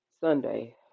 Sunday